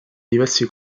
diversi